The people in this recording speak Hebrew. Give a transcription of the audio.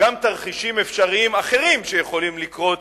גם תרחישים אפשריים אחרים שיכולים לקרות